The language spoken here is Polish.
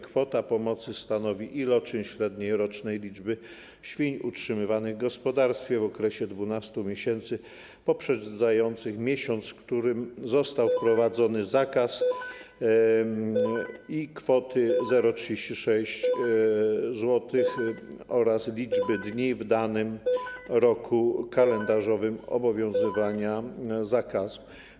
Kwota pomocy stanowi iloczyn średniej rocznej liczby świń utrzymywanych w gospodarstwie w okresie 12 miesięcy poprzedzających miesiąc, w którym został wprowadzony zakaz, i kwoty 0,36 zł oraz liczby dni w danym roku kalendarzowym obowiązywania zakazu.